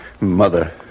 mother